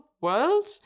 world